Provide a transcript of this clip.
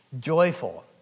Joyful